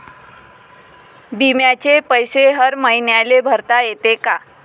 बिम्याचे पैसे हर मईन्याले भरता येते का?